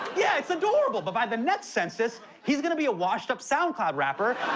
yeah, it's adorable, but by the next census, he's gonna be a washed-up soundcloud rapper